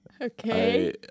Okay